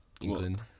England